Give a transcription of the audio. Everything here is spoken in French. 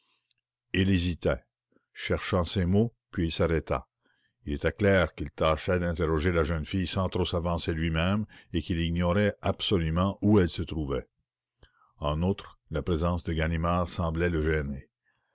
il hésitait cherchant ses mots puis il s'arrêta il était clair qu'il tâchait d'interroger la jeune fille sans trop s'avancer lui-même et qu'il ignorait absolument où elle se trouvait en outre la présence de ganimard semblait le gêner